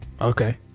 Okay